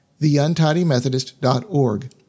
theuntidymethodist.org